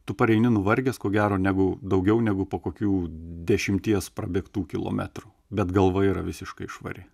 tu pareini nuvargęs ko gero negu daugiau negu po kokių dešimties prabėgtų kilometrų bet galva yra visiškai švari